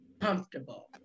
comfortable